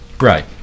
Right